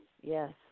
yes